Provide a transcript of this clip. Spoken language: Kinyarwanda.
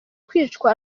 kwicwa